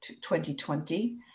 2020